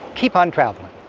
keep on travelin'.